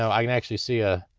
so i can actually see a